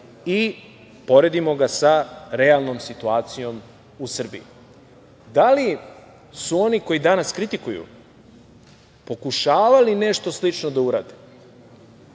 i poredimo ga sa realnom situacijom u Srbiji. Da li su oni koji danas kritikuju pokušavali nešto slično da urade?